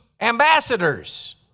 ambassadors